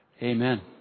Amen